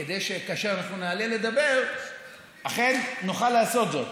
כדי שכאשר נעלה לדבר אכן נוכל לעשות זאת.